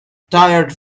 tired